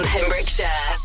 Pembrokeshire